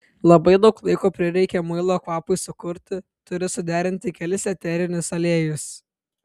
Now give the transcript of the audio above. labai daug laiko prireikia muilo kvapui sukurti turi suderinti kelis eterinius aliejus